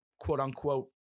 quote-unquote